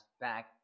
back